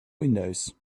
windows